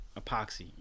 epoxy